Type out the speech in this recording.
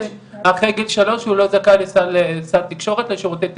אחרי גיל שלוש הוא לא זכאי לסל תקשורת ושירותי תרגום.